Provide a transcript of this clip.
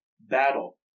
battle